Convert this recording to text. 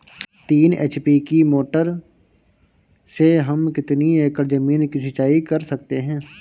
तीन एच.पी की मोटर से हम कितनी एकड़ ज़मीन की सिंचाई कर सकते हैं?